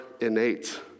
innate